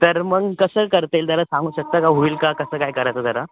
तर मग कसं करता येईल जरा सांगू शकता का होईल का कसं काय करायचं जरा